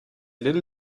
little